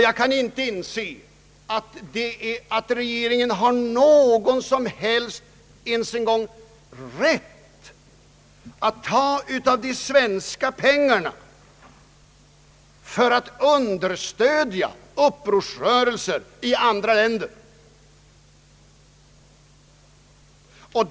Jag kan inte inse att regeringen ens har någon som helst rätt att ta av de svenska pengarna för att understödja upprorsrörelser i andra länder.